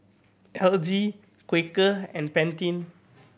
L G Quaker and Pantene